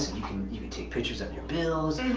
you can take pictures of your bills.